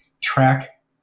track